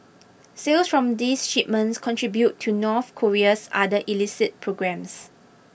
sales from these shipments contribute to North Korea's other illicit programmes